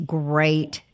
great